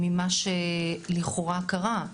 ממה שלכאורה קרה,